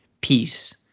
peace